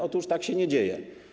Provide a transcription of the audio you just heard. Otóż tak się nie dzieje.